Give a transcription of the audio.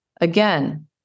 Again